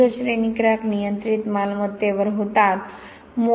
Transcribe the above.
दीर्घ श्रेणी क्रॅक नियंत्रित मालमत्तेवर होतात